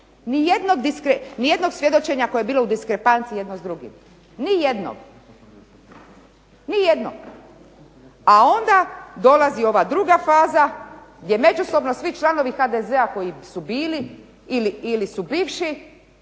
nijednog svjedočenja koje je bilo u diskrepanciji jedno s drugim nijednog. A onda dolazi ova druga faza gdje međusobno gdje svi članovi HDZ-a koji su bili ili su bivši